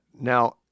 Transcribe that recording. Now